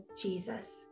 Jesus